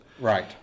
Right